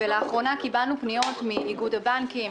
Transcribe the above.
לאחרונה קיבלנו פניות מאיגוד הבנקים,